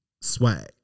swag